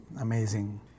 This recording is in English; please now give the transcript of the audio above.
amazing